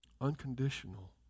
unconditional